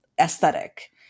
aesthetic